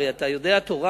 הרי אתה יודע תורה,